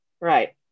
Right